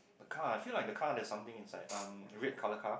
the car I feel like the car there's something inside um red colour car